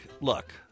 look